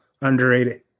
underrated